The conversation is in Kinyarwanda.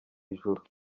ijuru